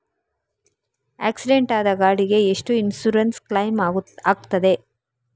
Accident ಆದ ಗಾಡಿಗೆ ಎಷ್ಟು ಇನ್ಸೂರೆನ್ಸ್ ಕ್ಲೇಮ್ ಆಗ್ತದೆ?